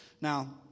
Now